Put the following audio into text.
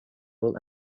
will